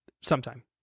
sometime